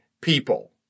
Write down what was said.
people